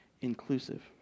Inclusive